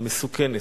המסוכנת,